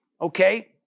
okay